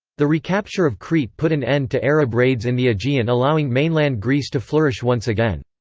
the recapture of crete put an end to arab raids in the aegean allowing mainland greece to flourish once again.